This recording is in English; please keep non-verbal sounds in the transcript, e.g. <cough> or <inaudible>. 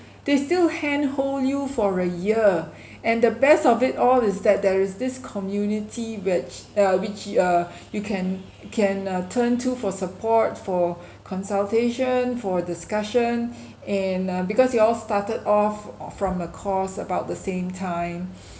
they still handhold you for a year <breath> and the best of it all is that there is this community which uh which uh you can can uh turn to for support for consultation for discussion and uh because you all started off uh from a course about the same time